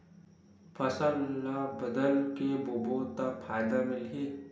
फसल ल बदल के बोबो त फ़ायदा मिलही?